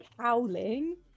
howling